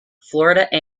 florida